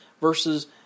versus